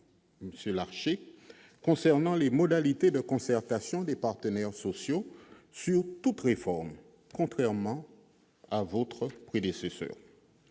Larcher, concernant les modalités de concertation des partenaires sociaux sur toute réforme, contrairement à votre prédécesseur !